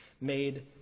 made